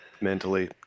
mentally